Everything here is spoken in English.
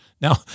Now